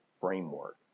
Framework